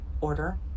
order